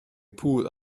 pool